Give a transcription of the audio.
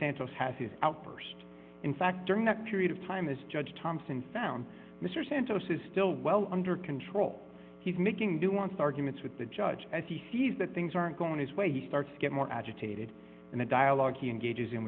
santos has his outburst in fact during that period of time as judge thompson found mr santos is still well under control he's making do wants arguments with the judge as he sees that things aren't going his way he starts to get more agitated in the dialogue he engages in